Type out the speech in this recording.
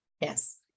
Yes